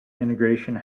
integration